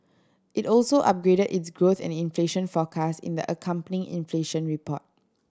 it also upgraded its growth and inflation forecast in the accompanying inflation report